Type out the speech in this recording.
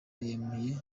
yemereye